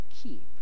keep